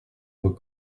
vos